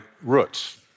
roots